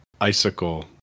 icicle